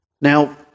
Now